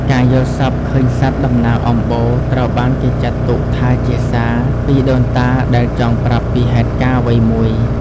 ការយល់សប្តិឃើញសត្វតំណាងអំបូរ ត្រូវបានគេចាត់ទុកថាជា "សារ" ពីដូនតាដែលចង់ប្រាប់ពីហេតុការណ៍អ្វីមួយ។